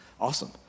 Awesome